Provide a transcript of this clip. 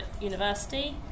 university